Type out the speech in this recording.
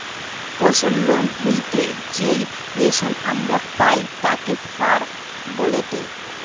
পশুর লোম হইতে যেই রেশম আমরা পাই তাকে ফার বলেটে